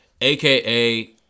aka